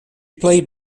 played